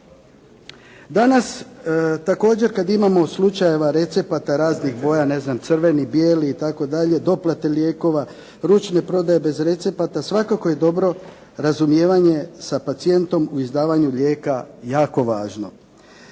Danas također kada imamo slučajeva recepata raznih boja, ne znam, crveni, bijeli itd. doplate lijekova, ručne prodaje bez recepata, svakako je dobro razumijevanje sa pacijentom u izdavanju lijeka jako važno.